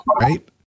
right